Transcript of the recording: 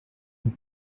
nase